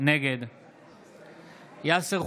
נגד יאסר חוג'יראת,